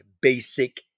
basic